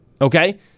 Okay